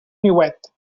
niuet